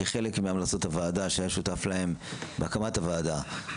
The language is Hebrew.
כחלק מהמלצות הוועדה שהיה שותף להן בהקמת הוועדה,